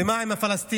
ומה עם הפלסטינים?